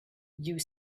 you